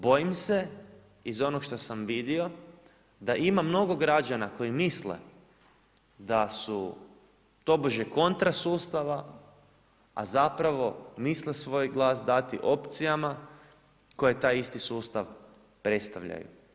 Bojim se iz onog što sam vidio da ima mnogo građana koji misle da su tobože kontra sustava, a zapravo misle svoj glas dati opcijama koje taj isti sustav predstavljaju.